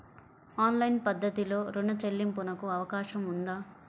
Online పద్ధతిలో రుణ చెల్లింపునకు అవకాశం ఉందా?